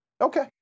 Okay